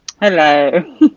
Hello